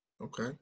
Okay